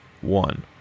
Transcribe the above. one